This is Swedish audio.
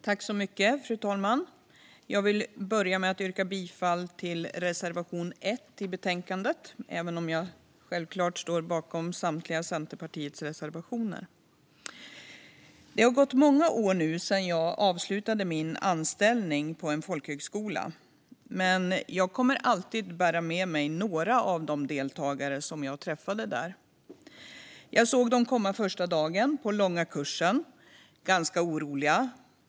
Fru talman! Jag vill börja med att yrka bifall till reservation 1 i betänkandet, men jag står självklart bakom samtliga Centerpartiets reservationer. Det har gått många år nu sedan jag avslutade min anställning på en folkhögskola. Men jag kommer alltid att bära med mig några av de deltagare som jag träffade där. Jag såg dem komma första dagen till den långa kursen. De var ganska oroliga.